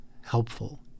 helpful